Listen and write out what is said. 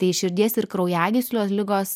tai širdies ir kraujagyslių ligos